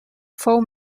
fou